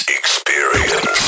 experience